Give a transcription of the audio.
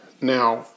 Now